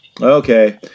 okay